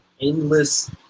endless